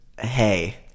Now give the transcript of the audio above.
Hey